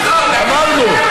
אמרנו,